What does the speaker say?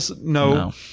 No